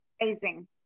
Amazing